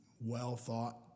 well-thought